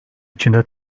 içinde